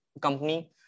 company